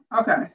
okay